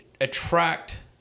attract